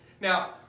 Now